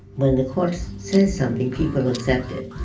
when the court says something, people accept it.